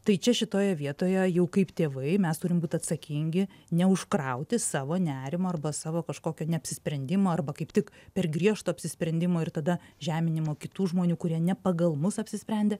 tai čia šitoje vietoje jau kaip tėvai mes turim būt atsakingi neužkrauti savo nerimo arba savo kažkokio neapsisprendimo arba kaip tik per griežto apsisprendimo ir tada žeminimo kitų žmonių kurie ne pagal mus apsisprendė